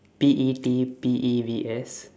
P E T P E E V E S